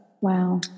Wow